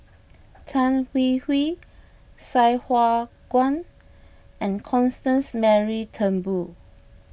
Tan Hwee Hwee Sai Hua Kuan and Constance Mary Turnbull